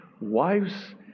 wives